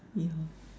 yeah